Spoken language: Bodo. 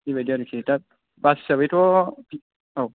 इबायदि आरोखि दा बास हिसाबैथ' औ